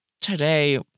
today